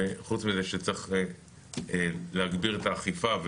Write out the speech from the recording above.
וחוץ מזה שצריך להגביר את האכיפה.